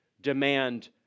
demand